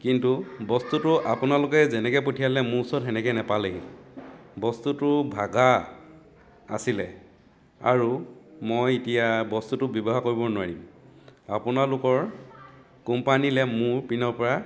কিন্তু বস্তুটো আপোনালোকে যেনেকৈ পঠিয়ালে মোৰ ওচৰত সেনেকৈ নাপালেহি বস্তুটো ভঙা আছিলে আৰু মই এতিয়া বস্তুটো ব্যৱহাৰ কৰিব নোৱাৰিম আপোনালোকৰ কোম্পানীলৈ মোৰ পিনৰ পৰা